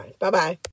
Bye-bye